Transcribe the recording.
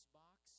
box